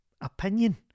opinion